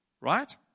right